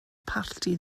parti